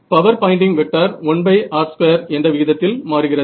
power pointing vector 1r2 எந்த விகிதத்தில் மாறுகிறது